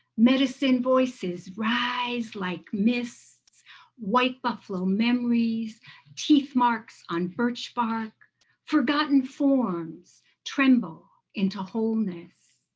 medicine voices rise like mists white buffalo memories teeth marks on birch bark forgotten forms tremble into wholeness.